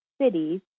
cities